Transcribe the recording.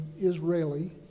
Israeli